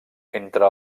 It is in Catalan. entre